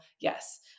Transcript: yes